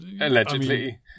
allegedly